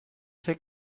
ser